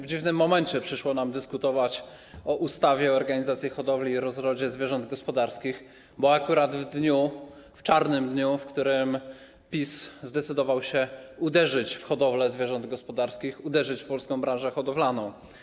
W dziwnym momencie przyszło nam dyskutować o ustawie o organizacji hodowli i rozrodzie zwierząt gospodarskich, bo akurat w dniu, w czarnym dniu, w którym PiS zdecydował się uderzyć w hodowlę zwierząt gospodarskich, uderzyć w polską branżę hodowlaną.